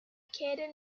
caddo